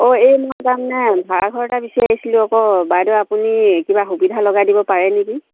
অঁ এই মই তাৰমানে ভাড়াঘৰ এটা বিচাৰি আহিছিলোঁ আকৌ বাইদেউ আপুনি কিবা সুবিধা লগাই দিব পাৰে নেকি